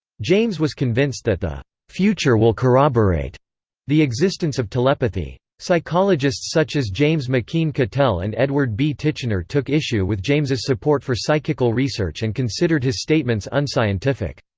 james was convinced that the future will corroborate the existence of telepathy. psychologists such as james mckeen cattell and edward b. titchener took issue with james's support for psychical research and considered his statements unscientific.